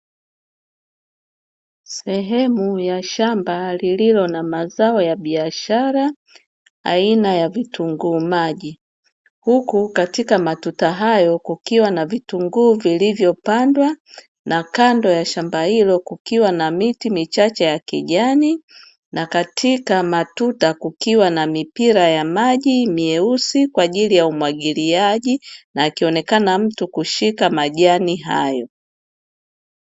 Sehemu ya shamba lililo na mazao ya biashara aina ya vitunguu maji huku katika matuta hayo kukiwa na vitunguu vilivyo pandwa, na kando ya shamba hilo kukiwa na miti michache ya kijani, na katika matuta kukiwa na mipira ya maji meusi kwa ajili ya umwagiliaji na akionekana mtu kushika majani hayo.